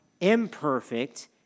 imperfect